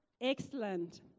excellent